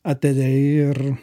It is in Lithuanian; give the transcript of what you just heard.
atėjai ir